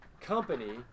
company